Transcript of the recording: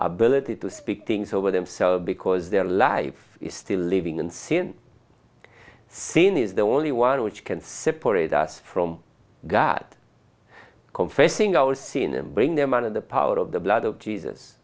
ability to speak things over themselves because their life is still living and sin sin is the only one which can separate us from god confessing our sin and bring them out of the power of the blood of jesus